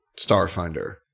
Starfinder